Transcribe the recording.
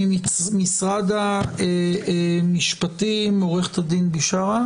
ממשרד המשפטים עורכת הדין בשארה